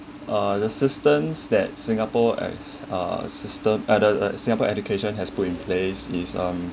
uh the system that singapore as a system uh t~ the singapore education has put in place is um